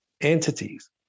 entities